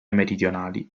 meridionali